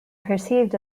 perceived